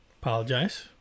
Apologize